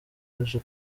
yaje